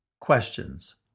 questions